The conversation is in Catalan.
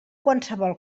qualsevol